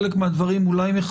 בבנק הדואר זה לא חשבון שהוא יכול